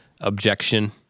objection